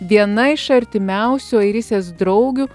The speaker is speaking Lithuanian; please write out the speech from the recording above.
viena iš artimiausių airisės draugių